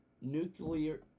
nuclear